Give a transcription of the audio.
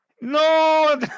No